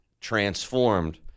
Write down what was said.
transformed